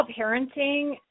parenting